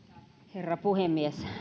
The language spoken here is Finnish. herra puhemies